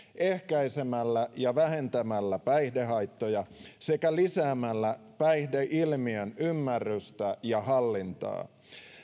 ehkäisemällä ja vähentämällä päihdehaittoja sekä lisäämällä päihdeilmiön ymmärrystä ja hallintaa